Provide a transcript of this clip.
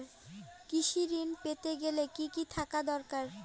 কৃষিঋণ পেতে গেলে কি কি থাকা দরকার?